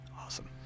Awesome